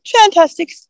Fantastic